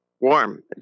warm